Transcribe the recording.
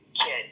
kid